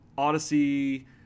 Odyssey